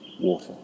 water